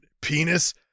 penis